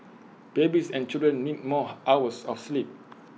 babies and children need more hours of sleep